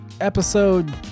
episode